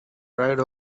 ride